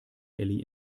elli